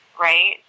right